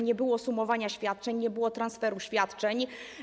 Nie było sumowania świadczeń, nie było transferu świadczeń.